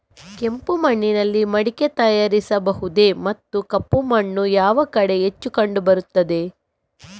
ಕೆಂಪು ಮಣ್ಣಿನಲ್ಲಿ ಮಡಿಕೆ ತಯಾರಿಸಬಹುದೇ ಮತ್ತು ಕಪ್ಪು ಮಣ್ಣು ಯಾವ ಕಡೆ ಹೆಚ್ಚು ಕಂಡುಬರುತ್ತದೆ?